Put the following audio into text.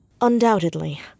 Undoubtedly